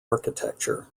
architecture